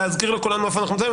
להזכיר לכולנו איפה אנחנו נמצאים.